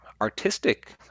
artistic